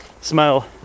smell